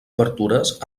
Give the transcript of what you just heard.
obertures